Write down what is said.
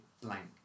blank